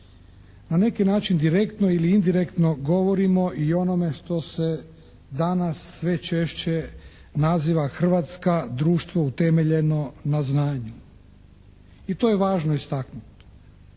na neki način direktno ili indirektno govorimo i o onome što se danas sve češće naziva Hrvatska društvo utemeljeno na znanju i to je važno istaknuti.